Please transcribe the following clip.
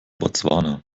botswana